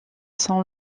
son